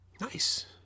nice